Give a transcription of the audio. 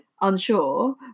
unsure